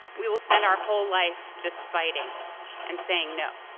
we will spend our whole life just fighting and saying no.